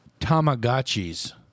tamagotchis